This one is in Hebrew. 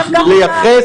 אגב.